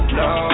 no